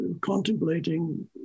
contemplating